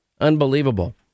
Unbelievable